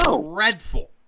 dreadful